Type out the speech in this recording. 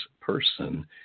person